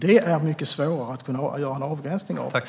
Det är mycket svårare att göra en avgränsning där.